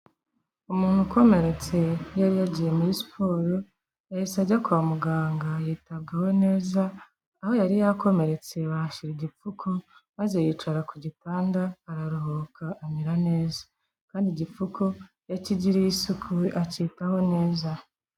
Umuntu ukomeretse yari yagiye muri siporo, yahise ajya kwa muganga yitabwaho neza, aho yari yakomeretse bahashyira igipfuko, maze yicara ku gitanda, araruhuka, amera neza kandi igipfuko, yakigiriye isuku, akitaho neza.